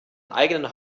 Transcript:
eigenen